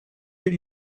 get